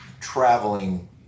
traveling